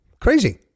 crazy